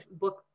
book